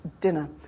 dinner